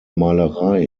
malerei